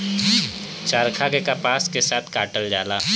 चरखा से कपास के कातल जाला